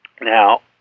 Now